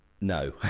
no